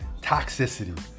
Toxicity